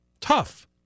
Tough